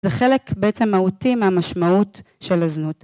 זה חלק בעצם מהותי מהמשמעות של הזנות.